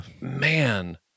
Man